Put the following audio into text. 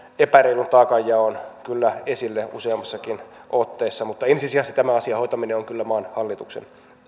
epäreilun taakanjaon kyllä esille useammassakin otteessa mutta ensisijaisesti tämän asian hoitaminen on kyllä maan hallituksen